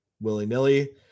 willy-nilly